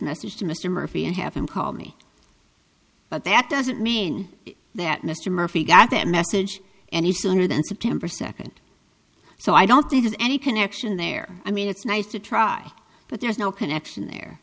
message to mr murphy and have him call me but that doesn't mean that mr murphy got that message and he sooner than september second so i don't think there's any connection there i mean it's nice to try but there's no connection there